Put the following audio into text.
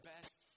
best